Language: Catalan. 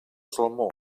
salmó